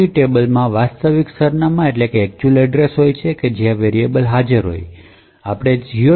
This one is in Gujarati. ટેબલમાં વાસ્તવિક સરનામાં હોય છે જ્યાં વેરીયેબલે હાજર હોય છે અને આપણે GOT